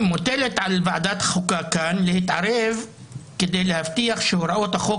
מוטל על ועדת החוקה כאן להתערב כדי להבטיח שהוראות החוק